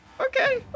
Okay